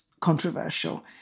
controversial